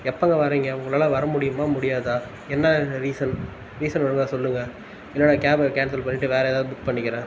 எப்போங்க வரீங்க உங்களால் வர முடியுமா முடியாதா என்ன ரீசன் ரீசன் ஒழுங்காக சொல்லுங்கள் இல்லை நான் கேபை கேன்சல் பண்ணிவிட்டு வேறு ஏதாவது புக் பண்ணிக்கிறேன்